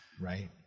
Right